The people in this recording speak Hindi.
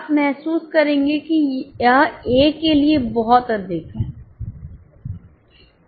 आप महसूस करेंगे कि यह ए के लिए बहुत अधिक है